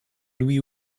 louis